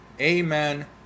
amen